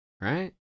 right